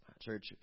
Church